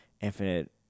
infinite